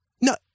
No